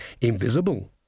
invisible